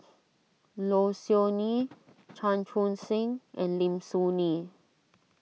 Low Siew Nghee Chan Chun Sing and Lim Soo Ngee